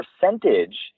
percentage